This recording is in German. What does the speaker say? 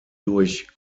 durch